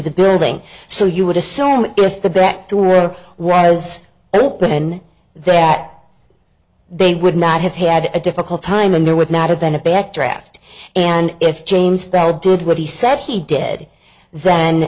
the building so you would assume if the back to her was open that they would not have had a difficult time and there would not have been a back draft and if james did what he said he did then